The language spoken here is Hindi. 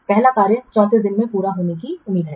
पहला कार्य ३४ दिनों में पूरा होने की उम्मीद है